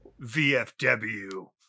VFW